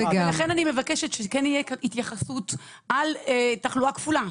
ולכן אני מבקשת שכן תהיה התייחסות לגבי תחלואה כפולה,